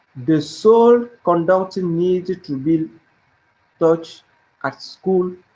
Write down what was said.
the soul conduct and needs to be taught at school,